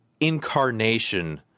incarnation